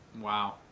Wow